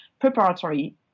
preparatory